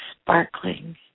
sparkling